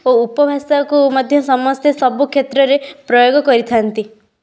ଓ ଉପଭାଷାକୁ ମଧ୍ୟ ସମସ୍ତେ ସବୁ କ୍ଷେତ୍ରରେ ପ୍ରୟୋଗ କରିଥାନ୍ତି